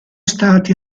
stati